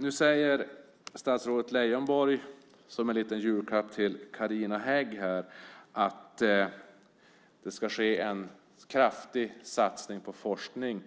Nu säger statsrådet Leijonborg som en liten julklapp till Carina Hägg att det ska ske en kraftig satsning på forskning